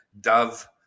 Dove